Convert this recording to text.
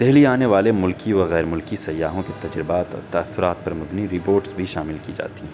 دہلی آنے والے ملکی وغیر ملکی سیاحوں کے تجربات اور تأثرات پر مبنی رپوٹس بھی شامل کی جاتی ہیں